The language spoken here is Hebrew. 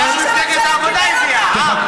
ראש הממשלה קיבל אותה,